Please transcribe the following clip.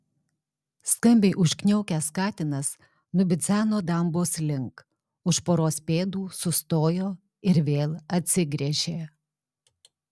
skambiai užkniaukęs katinas nubidzeno dambos link už poros pėdų sustojo ir vėl atsigręžė